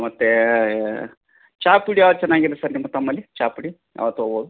ಮತ್ತು ಚಹಾಪುಡಿ ಯಾವ್ದು ಚೆನ್ನಾಗಿದೆ ಸರ್ ನಿಮ್ಮ ತಮ್ಮಲ್ಲಿ ಚಹಾಪುಡಿ ಯಾವ ತವ್ಬೋದು